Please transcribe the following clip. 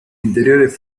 interiores